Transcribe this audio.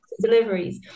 deliveries